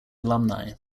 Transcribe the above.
alumni